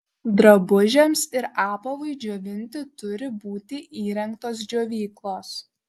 drabužiams ir apavui džiovinti turi būti įrengtos džiovyklos